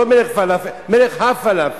לא "מלך פלאפל", "מלך הפלאפל".